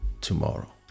tomorrow